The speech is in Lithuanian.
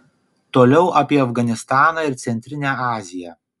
toliau apie afganistaną ir centrinę aziją